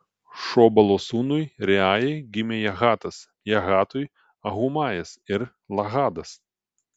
šobalo sūnui reajai gimė jahatas jahatui ahumajas ir lahadas